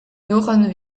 njoggen